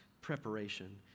preparation